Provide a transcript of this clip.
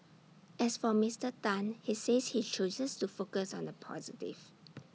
as for Mister Tan he says he chooses to focus on the positive